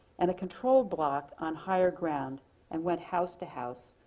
and a control block on higher ground and went house to house,